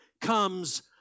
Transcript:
comes